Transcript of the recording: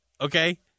okay